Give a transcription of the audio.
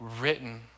written